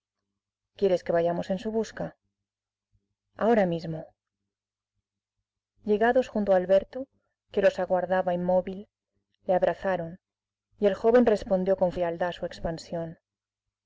quieres que vayamos en su busca ahora mismo llegados junto a alberto que los aguardaba inmóvil le abrazaron y el joven respondió con frialdad a su expansión